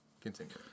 Continue